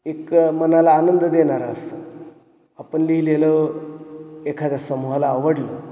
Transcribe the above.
एक मनाला आनंद देणारा असतं आपण लिहिलेलं एखाद्या समूहाला आवडलं